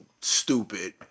stupid